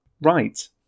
Right